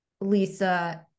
Lisa